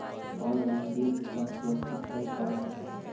Online bill भुगतान सुरक्षित हई का हो?